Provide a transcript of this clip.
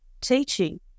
teaching